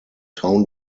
town